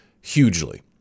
hugely